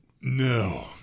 No